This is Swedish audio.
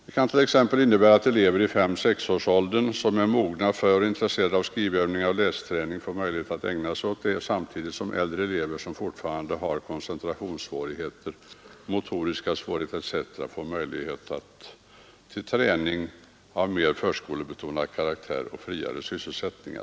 Det kan t.ex. innebära att elever i femårsåldern, som är mogna för och intresserade av skrivövningar, lästräning etc., får möjlighet att ägna sig åt det, samtidigt som äldre elever, som fortfarande har koncentrationssvårigheter, motoriska svårigheter etc., får möjlighet till träning av mer förskolebetonad karaktär med friare sysselsättning.